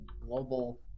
global